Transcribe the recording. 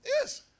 Yes